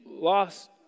lost